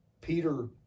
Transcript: Peter